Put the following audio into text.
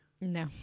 No